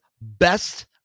best